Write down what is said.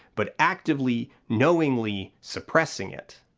but actively, knowingly suppressing it.